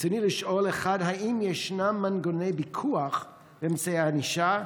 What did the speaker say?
רצוני לשאול: 1. האם ישנם מנגנוני פיקוח ואמצעי ענישה?